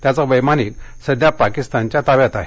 त्याचा वप्तानिक सध्या पाकिस्तानच्या ताब्यात आहे